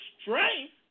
strength